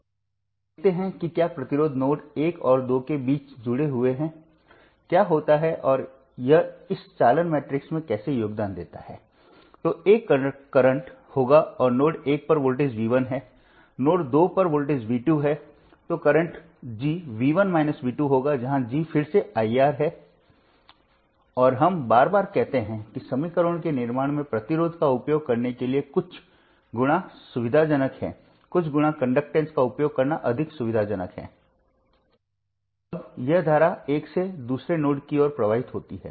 यहां मेरे पास वह सर्किट है जिसका हमने पहले अध्ययन किया था अब इस मामले में जब हमारे पास केवल प्रतिरोधक और स्वतंत्र वर्तमान स्रोत हैं